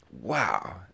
Wow